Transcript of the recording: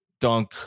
dunk